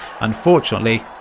Unfortunately